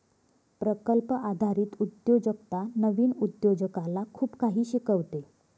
प्रकल्प आधारित उद्योजकता नवीन उद्योजकाला खूप काही शिकवते